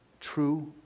true